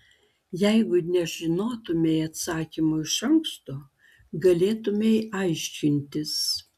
jeigu nežinotumei atsakymo iš anksto galėtumei aiškintis